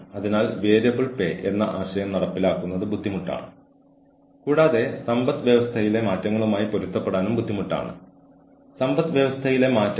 അതിനാൽ ഓരോ ജീവനക്കാരന്റെയും മികച്ച കഴിവുകൾ ഉപയോഗിക്കുന്നതിന് ജോലി രൂപകൽപ്പന ചെയ്യണം